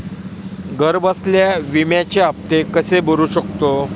घरबसल्या विम्याचे हफ्ते कसे भरू शकतो?